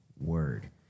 word